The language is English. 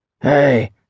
Hey